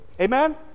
amen